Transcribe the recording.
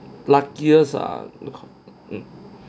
luckiest ah